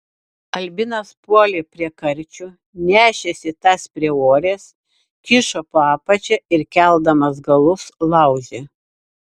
albinas puolė prie karčių nešėsi tas prie uorės kišo po apačia ir keldamas galus laužė